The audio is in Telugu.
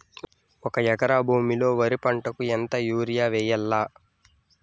ఒక ఎకరా భూమిలో వరి పంటకు ఎంత యూరియ వేయల్లా?